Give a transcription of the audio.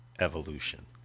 Evolution